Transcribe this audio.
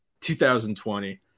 2020